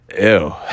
ew